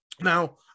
Now